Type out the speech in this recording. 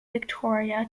victoria